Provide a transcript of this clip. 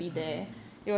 mmhmm mm